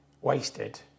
wasted